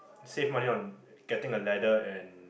save money on getting a ladder and